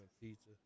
pizza